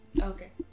Okay